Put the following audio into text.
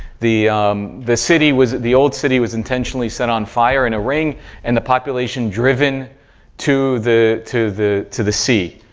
the the city was the old city was intentionally set on fire in a ring and the population driven to the to the to the sea.